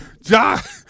Josh